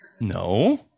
No